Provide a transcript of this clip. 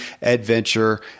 adventure